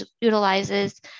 utilizes